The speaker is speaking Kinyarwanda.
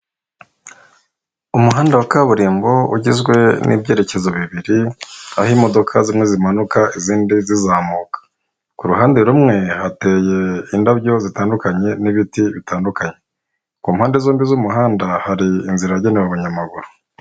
Umuhanda wa kaburimbo ugizwe n'ibyerekezo bibiri, aho imodoka zimwe zimanuka izindi zizamuka, ku ruhande rumwe hateye indabyo zitandukanye n'ibiti bitandukanye, naho ku mpande zombi z'umuhanda, hari inzira yagenewe abanyamaguru.